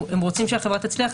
הם רוצים שהחברה תרוויח,